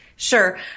Sure